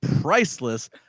Priceless